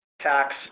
tax